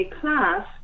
class